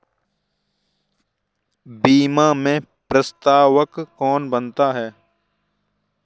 बीमा में प्रस्तावक कौन बन सकता है?